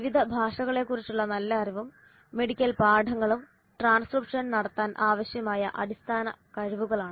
വിവിധ ഭാഷകളെക്കുറിച്ചുള്ള നല്ല അറിവും മെഡിക്കൽ പദങ്ങളും ട്രാൻസ്ക്രിപ്ഷൻ നടത്താൻ ആവശ്യമായ അടിസ്ഥാന കഴിവുകളാണ്